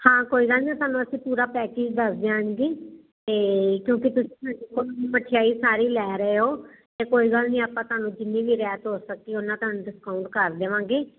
ਹਾਂ ਕੋਈ ਗੱਲ ਨਹੀਂ ਸਾਨੂੰ ਅਸੀਂ ਪੂਰਾ ਪੈਕਜ ਦੱਸ ਦਿਆਂਗੇ ਤੇ ਕਿਉਂਕਿ ਮਠਿਆਈ ਸਾਰੇ ਲੈ ਰਹੇ ਹੋ ਤੇ ਕੋਈ ਗੱਲ ਨਹੀਂ ਆਪਾਂ ਤੁਹਾਨੂੰ ਜਿੰਨੀ ਵੀ ਰੈਤ ਹੋ ਸਕੀ ਉਹਨਾਂ ਤੁਹਾਨੂੰ ਡਿਸਕਾਊਂਟ ਕਰ ਦੇਵਾਂਗੀ